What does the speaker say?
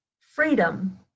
freedom